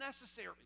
necessary